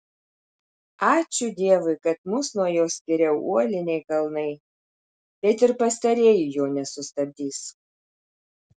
ačiū dievui kad mus nuo jo skiria uoliniai kalnai bet ir pastarieji jo nesustabdys